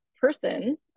person